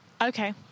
Okay